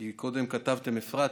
כי קודם כתבתם אפרת,